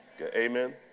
Amen